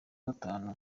gatanu